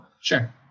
Sure